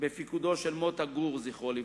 בפיקודו של מוטה גור, זכרו לברכה.